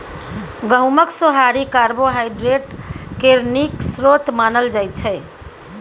गहुँमक सोहारी कार्बोहाइड्रेट केर नीक स्रोत मानल जाइ छै